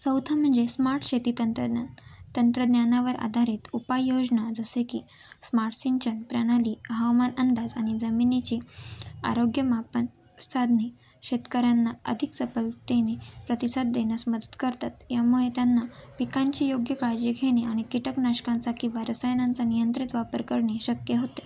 चौथा म्हणजे स्मार्ट शेती तंत्रज्ञान तंत्रज्ञानावर आधारित उपाय योजना जसे की स्मार्ट सिंचन प्रणाली हवामान अंदाज आणि जमिनीची आरोग्यमापन साधने शेतकऱ्यांना अधिक चपलतेने प्रतिसाद देण्यास मदत करतात यामुळे त्यांना पिकांची योग्य काळजी घेणे आणि कीटकनाशकांचा किंवा रसायनांचा नियंत्रित वापर करणे शक्य होते